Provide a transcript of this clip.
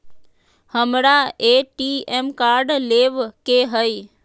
हमारा ATM card लेव के हई